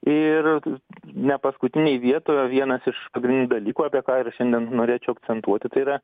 ir nepaskutinėj vietoje vienas iš pagrindinių dalykų apie ką ir šiandien norėčiau akcentuoti tai yra